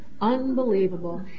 unbelievable